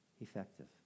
effective